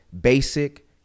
basic